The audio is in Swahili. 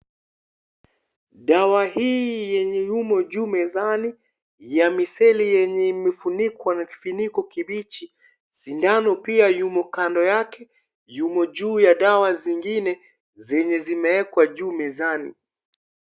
Dawa hii yenye yumo juu mezani ya miseli yenye imefunikwa na kifuniko kibichi, sindano pia yumo kando yake yumo juu ya dawa zingine zenye zimeekwa juu mezani.